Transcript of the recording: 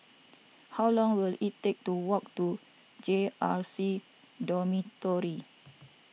how long will it take to walk to J R C Dormitory